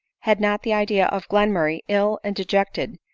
had not the idea of glenmurray, ill and deject ed,